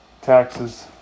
taxes